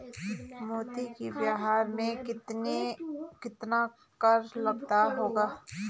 मोती के व्यापार में कितना कर लगता होगा?